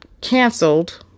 canceled